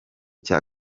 cya